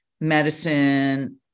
medicine